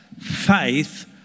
faith